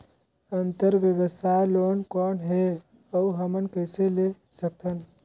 अंतरव्यवसायी लोन कौन हे? अउ हमन कइसे ले सकथन?